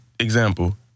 Example